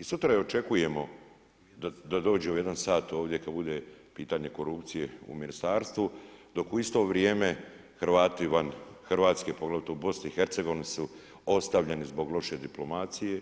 I sutra je očekujemo da dođe u 13h ovdje kada bude pitanje korupcije u ministarstvu dok u isto vrijeme Hrvati van Hrvatske poglavito u BiH-a su ostavljeni zbog loše diplomacije,